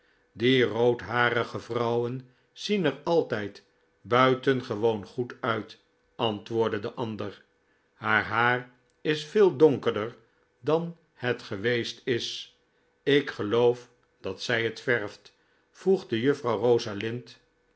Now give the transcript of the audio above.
die roodharige vrouwen zien er altijd buitengewoon goed uit antwoordde de ander haar haar is veel donkerder dan het geweest is ik geloof dat zij het verft voegde juffrouw